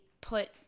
put